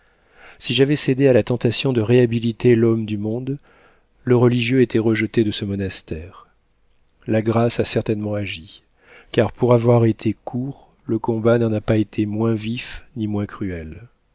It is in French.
si j'avais cédé à la tentation de réhabiliter l'homme du monde le religieux était rejeté de ce monastère la grâce a certainement agi car pour avoir été court le combat n'en a pas été moins vif ni moins cruel